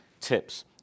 tips